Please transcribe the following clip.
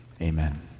Amen